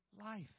life